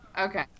Okay